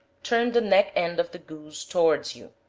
turn the neck end of the goose towards you,